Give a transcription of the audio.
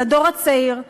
לדור הצעיר,